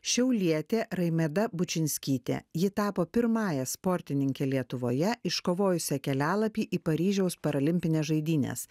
šiaulietė raimeda bučinskytė ji tapo pirmąja sportininke lietuvoje iškovojusia kelialapį į paryžiaus paralimpines žaidynes